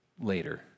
later